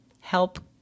help